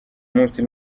munsi